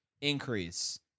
increase